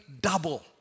double